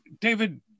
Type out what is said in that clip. David